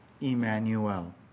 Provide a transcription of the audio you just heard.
Emmanuel